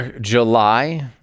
July